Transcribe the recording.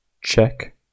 Check